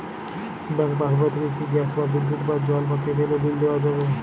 Bank পাশবই থেকে কি গ্যাস বা বিদ্যুৎ বা জল বা কেবেলর বিল দেওয়া যাবে?